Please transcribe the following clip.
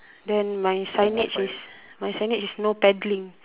then my signage is my signage is no paddling